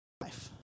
life